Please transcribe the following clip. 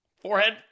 Forehead